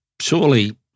surely